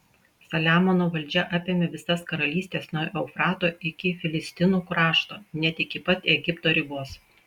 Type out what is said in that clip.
saliamono valdžia apėmė visas karalystes nuo eufrato iki filistinų krašto net iki pat egipto ribos